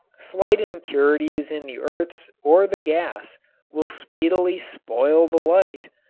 slight impurities in the earths or the gas will speedily spoil the light.